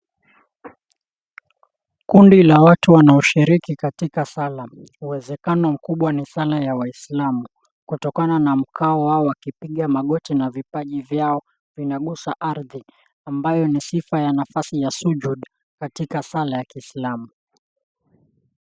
Kundi la watu wanaoshiriki katika sala. Uwezekano mkubwa ni sala ya waislamu. Kutokana na mkao wao wakipiga magoti na vipaji vyao vinagusa ardhi, ambayo ni sifa ya nafasi ya Sujud, katika sala ya kiislamu.